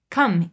Come